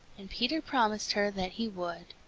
and peter promised her that he would.